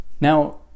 Now